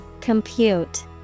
Compute